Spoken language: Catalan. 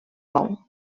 bou